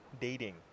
dating